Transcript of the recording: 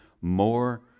more